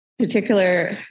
Particular